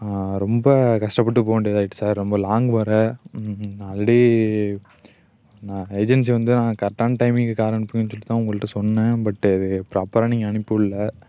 ரொம்ப கஷ்டப்பட்டு போக வேண்டியதாக ஆயிட்டுது சார் ரொம்ப லாங்க் வேறு ஆல்ரெடி நான் ஏஜென்சி வந்து நான் கரெட்டான டைமிங்க்கு கார் அனுப்புங்கன்னு சொல்லிட்டுதான் உங்கள்கிட்ட சொன்னேன் பட் அது ப்ராபராக நீங்கள் அனுப்பிவிட்ல